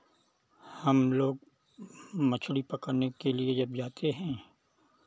हम लोग मछली पकड़ने के लिए जब जाते हैं